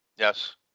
Yes